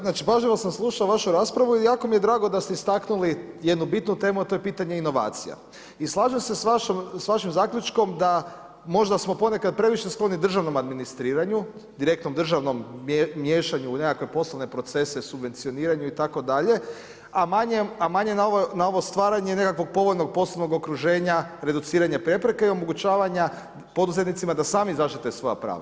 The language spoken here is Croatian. znači, pažljivo sam slušao vašu raspravu i jako mi je drago da ste istaknuli jednu bitnu temu a to je pitanje inovacija i slažem se s vašim zaključkom da možda smo ponekad previše skloni državnom administriranju, direktnom državnom miješanju u nekakve poslovne procese, subvencioniranju itd., a manje na ovo stvaranje nekakvog povoljnog poslovnog okruženja, reduciranja prepreke i omogućavanja poduzetnicima da sami zaštite svoja prava.